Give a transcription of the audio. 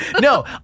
No